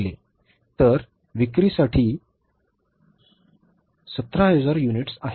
तर विक्रीसाठी उपलब्ध असलेले एकूण उत्पादन 17000 युनिट्स आहे